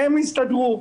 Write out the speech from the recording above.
יסתדרו.